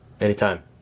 anytime